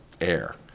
air